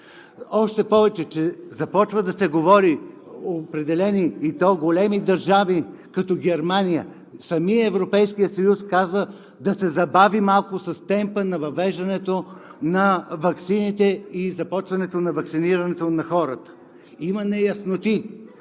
още повече че започва да се говори в определени, и то големи държави като Германия, самият Европейски съюз казва да се забави малко темпът на въвеждането на ваксините и започването на ваксинирането на хората. Има неясноти